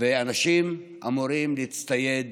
ואנשים אמורים להצטייד